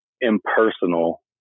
impersonal